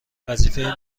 وظیفه